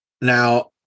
Now